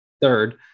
third